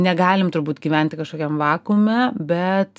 negalim turbūt gyventi kažkokiam vakuume bet